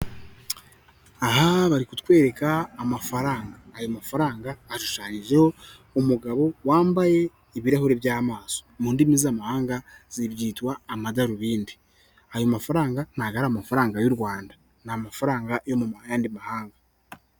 Aha bari kutwereka amafaranga, ayo mafaranga ashushanyijeho umugabo wambaye ibirahuri by'amaso, mu ndimi z'amahanga byitwa amadarubindi, ayo mafaranga ntabwo ari amafaranga y'u Rwanda, ni amafaranga yo mu yandi mahanga.